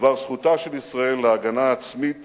בדבר זכותה של ישראל להגנה עצמית